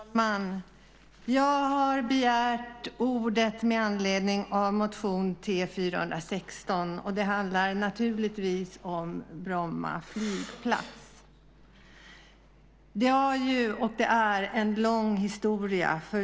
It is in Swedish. Herr talman! Jag har begärt ordet med anledning av motion T416, och det handlar naturligtvis om Bromma flygplats. Det är en lång historia.